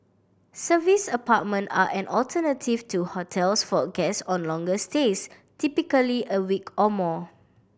service apartment are an alternative to hotels for guests on longer stays typically a week or more